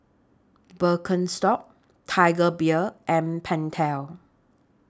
Birkenstock Tiger Beer and Pentel